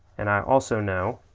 and i also know